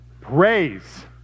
Praise